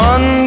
One